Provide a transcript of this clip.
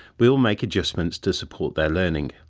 we'll make adjustments to support their learning.